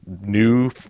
new